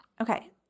Okay